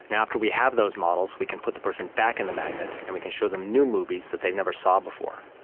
and after we have those models we can put the person back in the magnet and we can show them new movies that they never saw before.